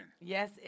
Yes